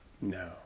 No